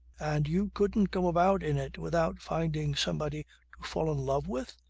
and you couldn't go about in it without finding somebody to fall in love with?